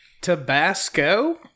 Tabasco